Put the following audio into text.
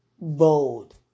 bold